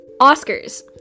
oscars